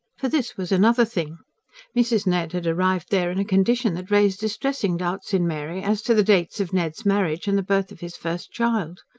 for this was another thing mrs. ned had arrived there in a condition that raised distressing doubts in mary as to the dates of ned's marriage and the birth of his first child.